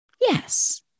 Yes